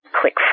click